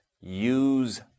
use